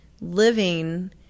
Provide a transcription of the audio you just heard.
living